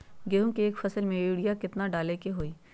गेंहू के एक फसल में यूरिया केतना डाले के होई?